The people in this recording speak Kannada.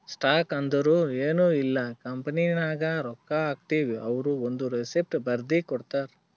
ಸ್ಟಾಕ್ ಅಂದುರ್ ಎನ್ ಇಲ್ಲ ಕಂಪನಿನಾಗ್ ರೊಕ್ಕಾ ಹಾಕ್ತಿವ್ ಅವ್ರು ಒಂದ್ ರೆಸಿಪ್ಟ್ ಬರ್ದಿ ಕೊಡ್ತಾರ್